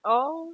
oh